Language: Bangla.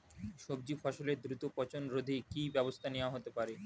সবজি ফসলের দ্রুত পচন রোধে কি ব্যবস্থা নেয়া হতে পারে?